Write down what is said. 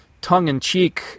tongue-in-cheek